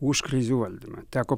už krizių valdymą teko